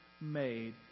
Made